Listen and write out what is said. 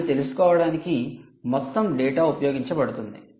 అని తెలుసుకోవడానికి మొత్తం డేటా ఉపయోగించబడుతుంది